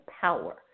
power